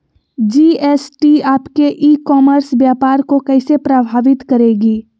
GST आपके e commerce व्यापार को कैसे प्रभावित करेगी?